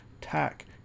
tack